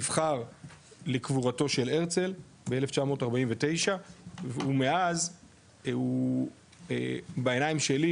נבחר לקבורתו של הרצל ב-1949 ומאז הוא בעיניים שלי,